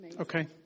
Okay